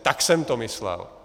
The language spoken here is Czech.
Tak jsem to myslel.